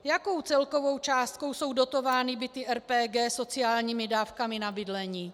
Jakou celkovou částkou jsou dotovány byty RPG sociálními dávkami na bydlení?